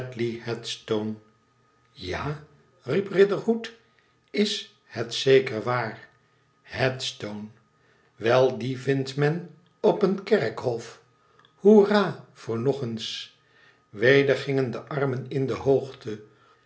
headstonel a riep riderhood is het zeker waar headstone wel dien vindt men op een kerkhof i hoerraa voor nog eens weder gingen de armen in de hoogte